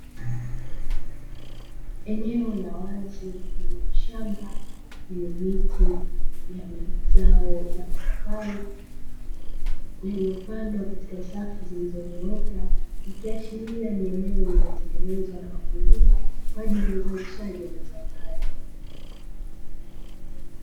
Eneo la wazi mfano wa shamba lenye miti mfano mazao ya mipapai, yaliyopandwa katika safu zilizonyooka, ikihashiria ni eneo lililotengenezwa na wakulima kwaajili ya uzalishaji wa mazao hayo.